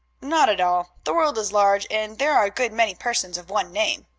not at all. the world is large, and there are a good many persons of one name.